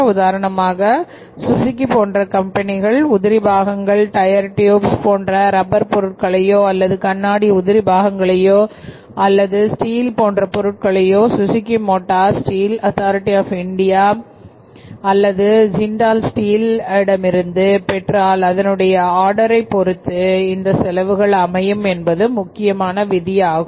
உதாரணமாக சுசுகி போன்ற கம்பெனிகள் உதிரி பாகங்கள் டயர் டியூப்போன்ற ரப்பர் பொருட்களையோ அல்லது கண்ணாடி உதிரி பாகங்களையோ அல்லது ஸ்டீல் போன்ற பொருட்களையோ Suzuki motor Steel Authority of India அல்லது ஜின்டால் ஸ்டீல் இடமிருந்து பெற்றால் அதனுடைய ஆர்டரை பொருத்து இந்த செலவுகள் அமையும் என்பது முக்கியமான விதி ஆகும்